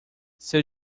seu